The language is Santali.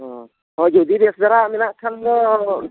ᱦᱮᱸ ᱦᱳᱭ ᱡᱩᱫᱤ ᱵᱮᱥ ᱫᱷᱟᱨᱟᱣᱟᱜ ᱢᱮᱱᱟᱜ ᱠᱷᱟᱱ ᱫᱚ